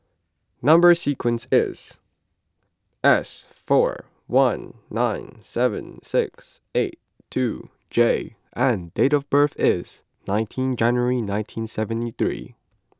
Number Sequence is S four one nine seven six eight two J and date of birth is nineteen January nineteen seventy three